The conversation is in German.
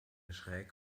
schräg